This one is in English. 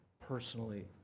personally